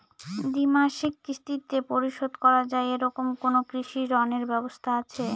দ্বিমাসিক কিস্তিতে পরিশোধ করা য়ায় এরকম কোনো কৃষি ঋণের ব্যবস্থা আছে?